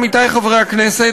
עמיתי חברי הכנסת,